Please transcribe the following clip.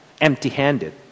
empty-handed